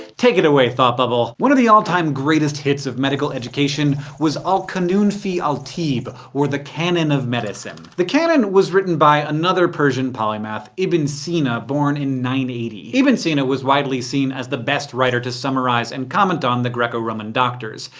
take it away, thought bubble! one of the all-time greatest hits of medical education was al-qanun fi al-tibb, or the canon of medicine. the canon was written by another persian polymath, ibn sina, born in nine hundred and eighty. ibn sina was widely seen as the best writer to summarize and comment on the greco-roman doctors.